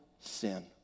sin